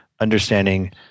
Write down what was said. understanding